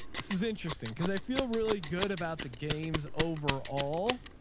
this is interesting. cause i feel really good about the games overall,